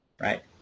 right